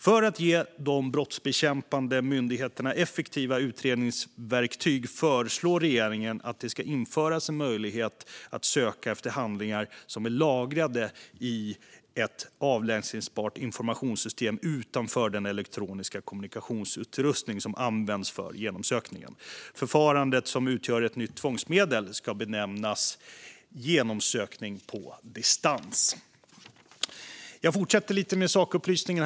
För att ge de brottsbekämpande myndigheterna effektiva utredningsverktyg föreslår regeringen att det ska införas en möjlighet att söka efter handlingar som är lagrade i ett avläsningsbart informationssystem utanför den elektroniska kommunikationsutrustning som används för genomsökningen. Förfarandet, som utgör ett nytt tvångsmedel, ska benämnas genomsökning på distans. Jag fortsätter lite grann med sakupplysningen.